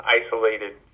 isolated